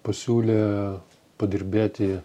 pasiūlė padirbėti